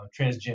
transgender